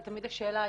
זה תמיד השאלה,